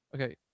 okay